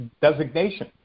designation